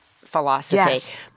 philosophy